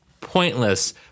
pointless